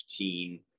15